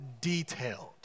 detailed